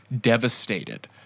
devastated